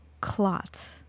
clot